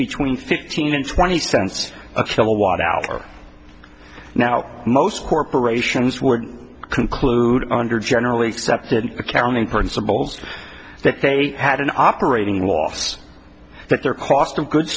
between fifteen and twenty cents a kilowatt hour now most corporations were concluded under generally accepted accounting principles that they had an operating loss that their cost of good